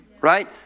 Right